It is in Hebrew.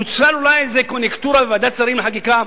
נוצרה אולי איזו קוניונקטורה בוועדת שרים לחקיקה,